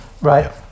right